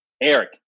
Eric